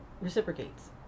reciprocates